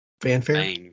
Fanfare